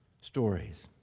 stories